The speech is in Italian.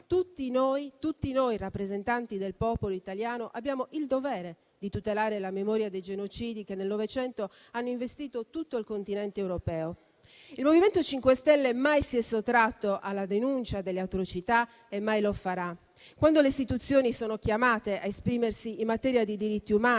del 1948, tutti noi rappresentanti del popolo italiano abbiamo il dovere di tutelare la memoria dei genocidi che nel Novecento hanno investito tutto il continente europeo. Il MoVimento 5 Stelle mai si è sottratto alla denuncia delle atrocità e mai lo farà. Quando le istituzioni sono chiamate a esprimersi in materia di diritti umani